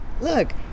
look